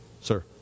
Sir